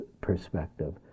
perspective